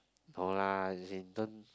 no lah as in terms